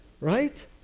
right